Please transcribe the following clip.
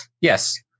Yes